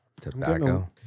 Tobacco